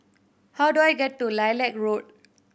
how do I get to Lilac Road